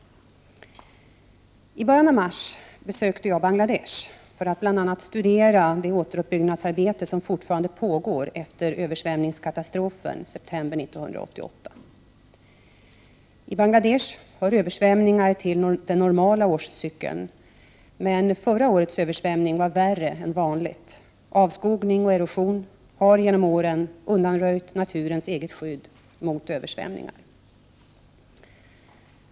I början av mars besökte jag Bangladesh för att bl.a. studera det återuppbyggnadsarbete som fortfarande pågår efter översvämningskatastrofen i september 1988. I Bangladesh hör översvämningar till den normala årscykeln, men förra årets översvämning var värre än vanligt. Avskogning och erosion har genom åren undanröjt naturens eget skydd mot översvämningar.